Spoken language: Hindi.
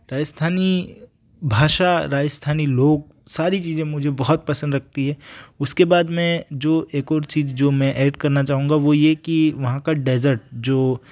राजस्थानी भाषा राजस्थानी लोग सारी चीजें मुझे बहुत पसंद लगती हैं उसके बाद मैं जो एक और चीज जो मैं ऐड करना चाहूँगा वो ये कि वहाँ का डेजर्ट जो